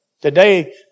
Today